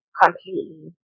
completely